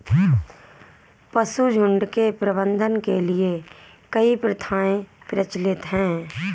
पशुझुण्ड के प्रबंधन के लिए कई प्रथाएं प्रचलित हैं